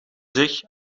zich